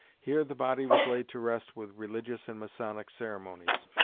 here the body was laid to rest with religious and masonic ceremonies.